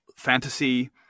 fantasy